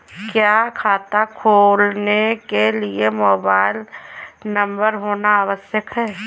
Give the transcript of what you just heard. क्या खाता खोलने के लिए मोबाइल नंबर होना आवश्यक है?